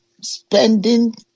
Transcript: spending